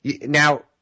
Now